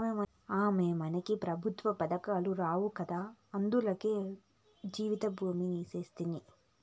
అమ్మో, మనకే పెఋత్వ పదకాలు రావు గదా, అందులకే జీవితభీమా సేస్తిని